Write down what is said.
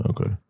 Okay